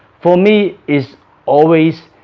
for me is always